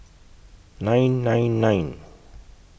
nine nine nine